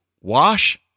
Wash